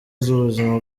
z’ubuzima